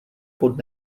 pod